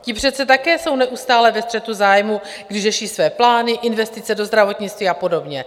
Ti přece také jsou neustále ve střetu zájmů, když řeší své plány, investice do zdravotnictví a podobně.